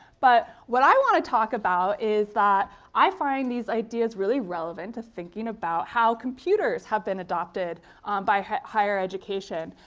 but what i want to talk about is that i find these ideas really relevant to thinking about how computers have been adopted by higher education.